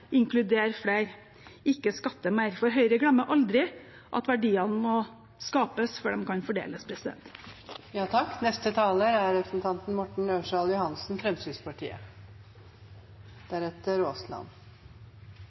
ikke skatte mer, for Høyre glemmer aldri at verdiene må skapes før de kan fordeles.